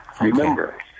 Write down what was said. Remember